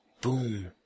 boom